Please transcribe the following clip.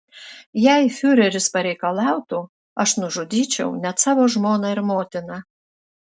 jei fiureris pareikalautų aš nužudyčiau net savo žmoną ir motiną